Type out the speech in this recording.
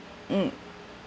mm